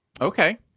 okay